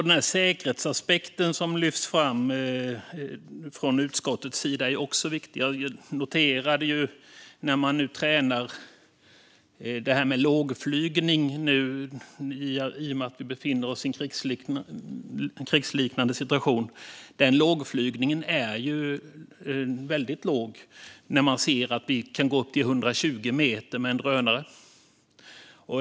Den säkerhetsaspekt som lyfts fram från utskottets sida är också viktig. Nu tränar man lågflygning i och med att vi befinner oss i en krigsliknande situation. Den lågflygningen är väldigt låg. Och vi ser att vi kan gå upp till 120 meter med en drönare.